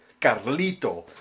Carlito